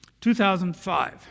2005